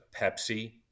Pepsi